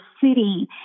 city